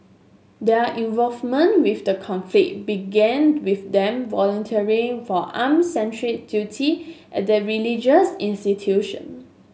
their involvement with the conflict began with them volunteering for armed sentry duty at the religious institution